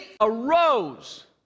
arose